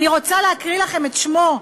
אני רוצה להקריא לכם את שמו: